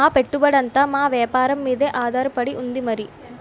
మా పెట్టుబడంతా మా వేపారం మీదే ఆధారపడి ఉంది మరి